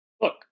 Look